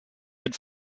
had